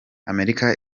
amerika